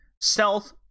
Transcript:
stealth